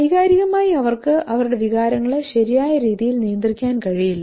വൈകാരികമായി അവർക്ക് അവരുടെ വികാരങ്ങളെ ശരിയായ രീതിയിൽ നിയന്ത്രിക്കാൻ കഴിയില്ല